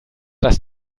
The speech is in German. das